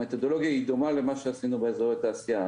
המתודולוגיה היא דומה למה שעשינו באזורי התעשייה.